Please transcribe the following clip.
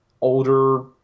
older